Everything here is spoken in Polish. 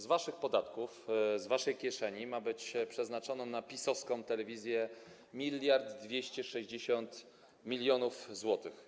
Z waszych podatków, z waszej kieszeni ma być przeznaczone na PiS-owską telewizję 1260 mln zł.